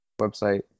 website